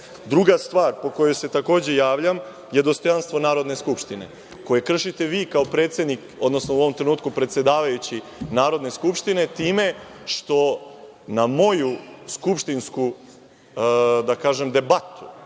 stvar po kojoj se takođe javljam je dostojanstvo Narodne skupštine, koje kršite vi kao predsedavajući u ovom trenutku Narodne skupštine, time što na moju skupštinsku, da